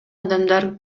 адамдар